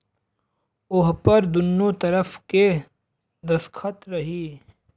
ओहपर दुन्नो तरफ़ के दस्खत रही